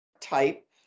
type